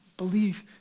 believe